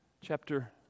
chapter